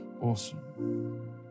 Awesome